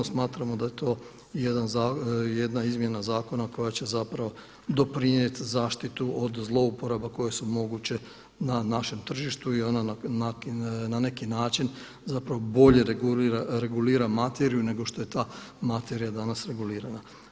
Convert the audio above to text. Smatramo da je to jedna izmjena zakona koja će doprinijeti zaštitu od zlouporaba koje su moguće na našem tržištu i ona na neki način zapravo bolje regulira materiju nego što je ta materija danas regulirana.